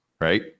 right